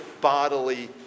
bodily